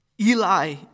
Eli